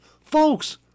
Folks